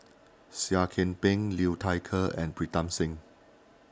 Seah Kian Peng Liu Thai Ker and Pritam Singh